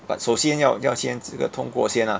but 首先要要先这个通过先 ah